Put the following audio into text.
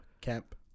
Camp